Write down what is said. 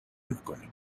میکنیم